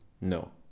no